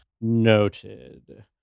noted